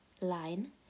line